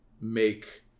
make